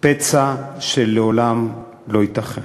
פצע שלעולם לא יתאחה.